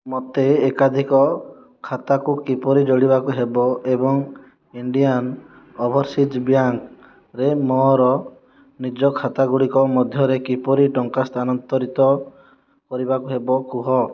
ମୋତେ ଏକାଧିକ ବ୍ୟାଙ୍କ୍ ଖାତାକୁ କିପରି ଯୋଡ଼ିବାକୁ ହେବ ଏବଂ ଇଣ୍ଡିଆନ୍ ଓଭରସିଜ୍ ବ୍ୟାଙ୍କ୍ ରେ ମୋର ନିଜ ଖାତାଗୁଡ଼ିକ ମଧ୍ୟରେ କିପରି ଟଙ୍କା ସ୍ଥାନାନ୍ତରିତ କରିବାକୁ ହେବ କୁହ